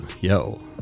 Yo